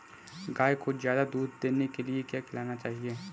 गाय को ज्यादा दूध देने के लिए क्या खिलाना चाहिए?